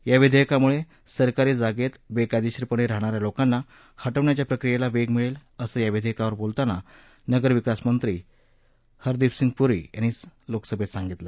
या विधेयकामुळे सरकारी जागेत बेकायदेशीरपणे राहणाऱ्या लोकांना हटवण्याच्या प्रक्रियेला वेग मिळेल असं या विधेयकावर बोलताना नगर विकास आणि बांधकाममंत्री हरदीप सिंग पूरी यांनी सांगितलं